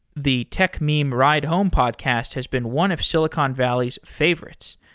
the techmeme ride home podcast has been one of silicon valley's favorites.